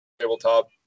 tabletop